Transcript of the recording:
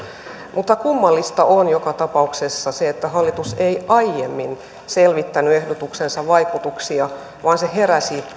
mutta kummallista on joka tapauksessa että hallitus ei aiemmin selvittänyt ehdotuksensa vaikutuksia vaan heräsi